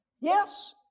Yes